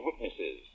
witnesses